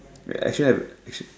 action have act act